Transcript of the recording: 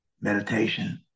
meditation